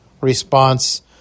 response